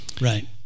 Right